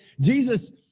Jesus